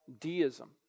deism